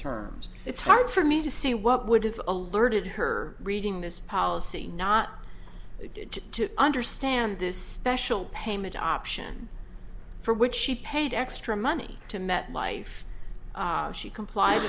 terms it's hard for me to see what would have alerted her reading this policy not to understand this special payment option for which she paid extra money to metlife she complied